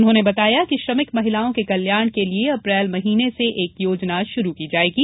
उन्होंने बताया कि श्रमिक महिलाओं के कल्याण के लिये अप्रैल महिने से एक योजना श्रू की जायेगी